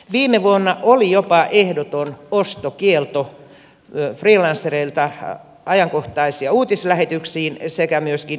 viime vuonna oli jopa ehdoton ostokielto freelancereilta ajankohtais ja uutislähetyksiin sekä myöskin independent yhtiöiltä